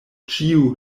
ĉiu